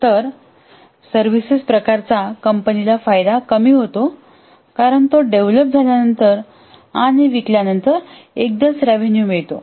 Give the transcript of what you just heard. तर त्या सर्व्हिसेस प्रकाराचा कंपनीला फायदा कमी होतो कारण तो डेव्हलप झाल्यानंतर आणि विकल्यावर एकदाच रेवेणू मिळतो